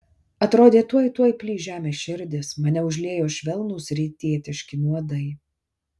atrodė tuoj tuoj plyš žemės širdis mane užliejo švelnūs rytietiški nuodai